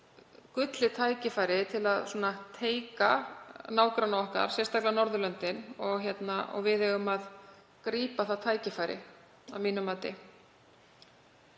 gullið tækifæri til að „teika“ nágranna okkar, sérstaklega Norðurlöndin, og við eigum að grípa það tækifæri að mínu mati.